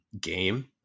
game